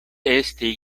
esti